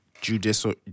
judicial